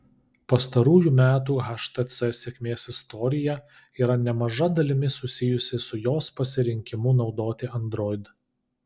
pastarųjų metų htc sėkmės istorija yra nemaža dalimi susijusi su jos pasirinkimu naudoti android